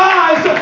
eyes